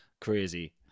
crazy